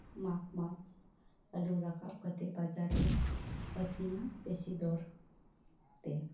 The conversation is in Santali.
ᱢᱟᱜᱽ ᱢᱟᱥ ᱟᱹᱞᱩ ᱨᱟᱠᱟᱵ ᱠᱟᱛᱮᱜ ᱵᱟᱡᱟᱨ ᱨᱮ ᱟᱠᱷᱨᱤᱧᱟ ᱵᱮᱥᱤ ᱫᱚᱨ ᱛᱮ